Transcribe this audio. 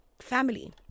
family